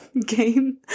game